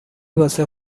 واسه